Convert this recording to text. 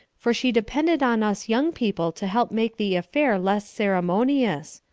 for she depended on us young people to help make the affair less ceremonious.